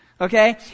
Okay